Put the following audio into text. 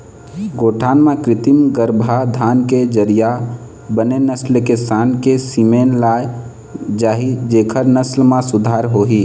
गौठान म कृत्रिम गरभाधान के जरिया बने नसल के सांड़ के सीमेन लाय जाही जेखर नसल म सुधार होही